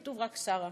כתוב רק: שרה.